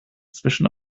zwischen